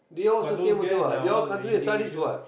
but those guys are all individual